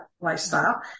lifestyle